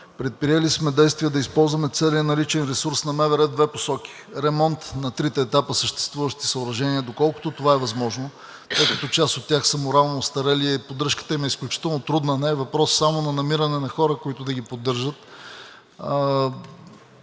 Предприели сме действия да използваме целия наличен ресурс на МВР в две посоки – ремонт на трите етапа на съществуващите съоръжения, доколкото това е възможно, тъй като част от тях са морално остарели и поддържката им е изключително трудна. Не е въпрос само на намиране на хора, които да ги поддържат,